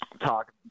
talk